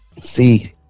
See